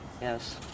Yes